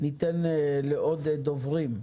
ניתן לעוד דוברים להתייחס.